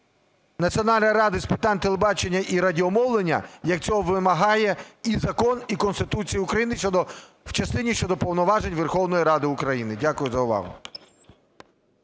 Національної ради з питань телебачення і радіомовлення, як цього вимагає і закон і Конституція України в частині щодо повноважень Верховної Ради України. Дякую за увагу.